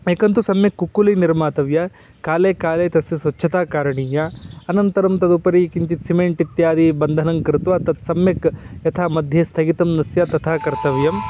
एकं तु सम्यक् कुक्कुली निर्मातव्या काले काले तस्य स्वच्छता करणीया अनन्तरं तदुपरि किञ्चिद् सिमेण्ट् इत्यादि बन्धनं कृत्वा तत् सम्यक् यथा मध्ये स्थगितं न स्यात् तथा कर्तव्यम्